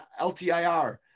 LTIR